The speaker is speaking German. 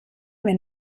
wenn